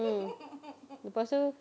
mm lepas tu